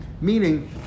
Meaning